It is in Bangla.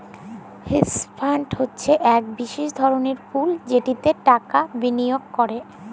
হেজ ফাল্ড হছে ইক বিশেষ ধরলের পুল যেটতে টাকা বিলিয়গ ক্যরে